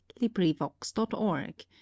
LibriVox.org